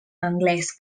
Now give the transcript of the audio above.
anglès